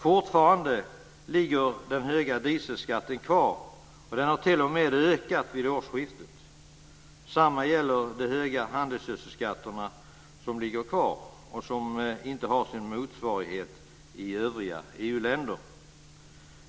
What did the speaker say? Fortfarande ligger den höga dieselskatten kvar, och den har t.o.m. ökat vid årsskiftet. Detsamma gäller de höga handelsgödselskatterna som ligger kvar och som inte har sin motsvarighet i övriga EU-länder.